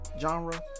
genre